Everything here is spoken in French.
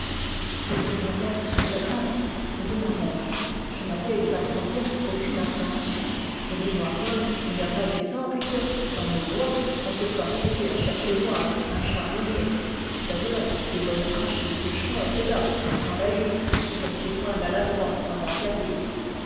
quel peut bien être ce pèlerin me demandai-je je n'avais il va sans dire aucune appréhension de mémoire d'homme il n'y a pas d'exemple que dans nos bois on se soit risqué à chercher noise à un charbonnier d'ailleurs les bonnes haches des bûcherons étaient là dans la hutte et je ne suis point maladroit à m'en servir